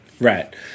right